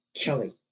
Kelly